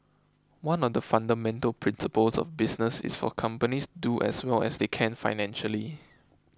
one of the fundamental principles of business is for companies to do as well as they can financially